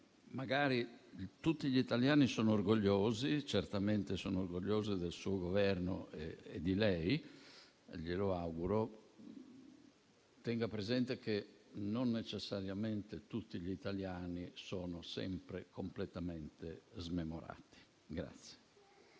Magari tutti gli italiani sono orgogliosi, anzi certamente sono orgogliosi del suo Governo e di lei, glielo auguro. Tenga presente che non necessariamente tutti gli italiani sono sempre completamente smemorati.